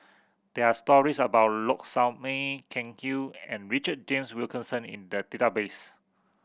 there are stories about Low Sanmay Ken Kwek and Richard James Wilkinson in the database